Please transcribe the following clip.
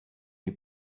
les